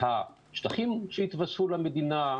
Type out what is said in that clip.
השטחים שהתווספו למדינה,